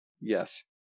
Yes